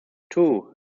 two